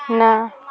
ନା